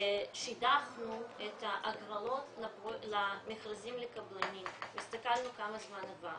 שידכנו את ההגרלות למכרזים לקבלנים והסתכלנו כמה זמן עבר.